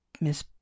Miss